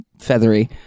feathery